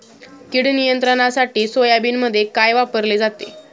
कीड नियंत्रणासाठी सोयाबीनमध्ये काय वापरले जाते?